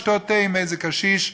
לשתות תה עם איזה קשיש,